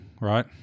right